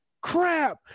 Crap